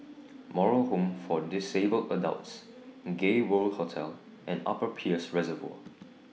Moral Home For Disabled Adults Gay World Hotel and Upper Peirce Reservoir